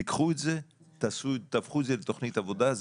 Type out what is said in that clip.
תיקחו את זה ותהפכו את זה לתוכנית עבודה,